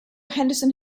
henderson